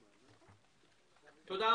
הישיבה ננעלה בשעה 11:48.